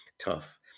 tough